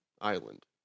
Island